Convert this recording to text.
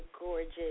gorgeous